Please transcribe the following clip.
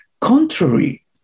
contrary